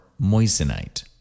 moissanite